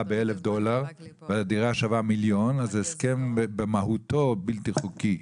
ב-1,000 דולר והדירה שווה מיליון אז ההסכם במהותו בלתי חוקי.